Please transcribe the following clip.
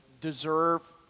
deserve